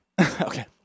Okay